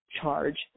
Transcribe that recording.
charge